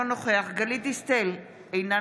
אינו נוכח גלית דיסטל אטבריאן,